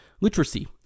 Literacy